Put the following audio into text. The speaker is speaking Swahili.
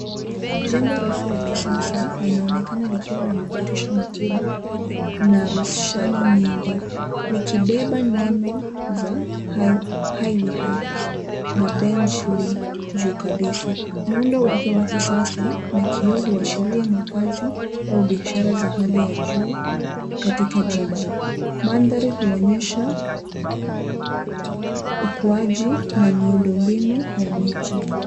Jengo refu la kisasa linaonekena na madirisha makubwa na roshani nyingi likibeba neno za HIGHWAY HEIGHTS na BENCHLEY juu kabisa. Muundo wake wa kisasa na kioo huashiria makazi au biashara za hali ya juu katika jiji. Mandhari huonyesha ukuaji na miundombinu ya miji.